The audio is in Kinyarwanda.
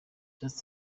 just